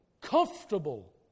comfortable